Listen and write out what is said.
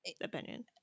opinion